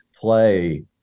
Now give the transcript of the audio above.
play